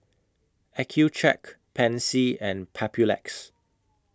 Accucheck Pansy and Papulex